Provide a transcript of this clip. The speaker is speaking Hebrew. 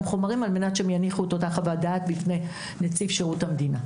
חומרים על מנת שהם יניחו את אותה חוות דעת בפני נציב שירות המדינה.